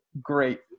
great